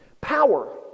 power